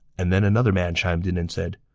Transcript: and then another man chimed in and said,